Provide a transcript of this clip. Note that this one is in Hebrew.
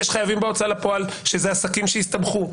יש חייבים בהוצאה לפועל שהם עסקים שהסתבכו,